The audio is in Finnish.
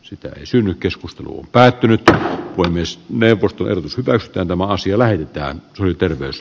sitä ei synny keskusteluun päätynyttä voi myös perustuen rakentamaa siellä ja oli terveys